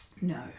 No